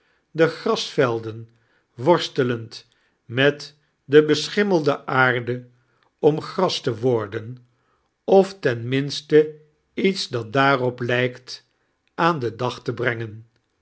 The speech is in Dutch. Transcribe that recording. de grasveldea wonstelend met de beschiamaelde aarde om gras te wordea of tea miaste iets dat daarop lijkt aaa dea dag te breagea